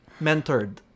mentored